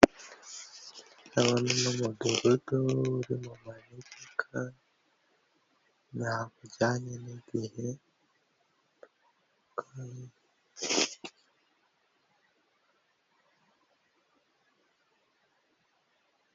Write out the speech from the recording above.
Aba ni umudugudu uri mu manegeka ntabwo ujyanye n'igihe.